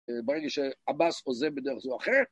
ברגע שעבאס עוזב בדרך זו או אחרת